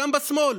גם בשמאל,